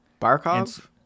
Barkov